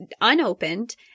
unopened